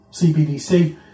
CBDC